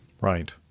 Right